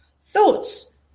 Thoughts